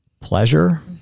pleasure